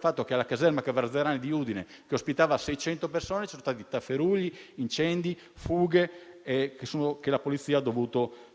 dato che alla caserma Cavarzerani di Udine, che ospitava seicento persone, ci sono stati tafferugli, incendi e fughe che la polizia ha dovuto reprimere.